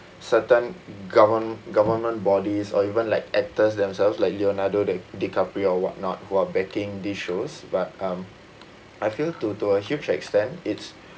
certain govern government bodies or even like actors themselves like leonardo di~ dicaprio or whatnot who are backing these shows but um I feel to to a huge extent it's